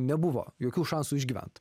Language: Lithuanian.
nebuvo jokių šansų išgyvent